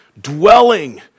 dwelling